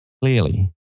Clearly